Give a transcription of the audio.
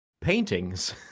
paintings